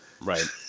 right